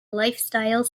lifestyle